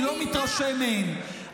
אני לא מתרשם מהן.